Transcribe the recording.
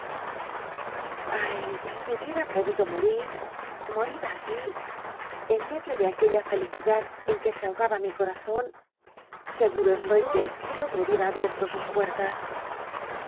ah si hubiera podido morir morir así en medio de aquella felicidad en que se abogaba mi corazon seguro estoy que el cielo me hubiera abicr'lo sus puertas